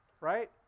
right